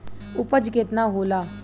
उपज केतना होला?